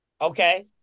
Okay